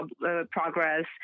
progress